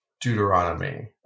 Deuteronomy